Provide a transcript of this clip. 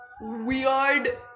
weird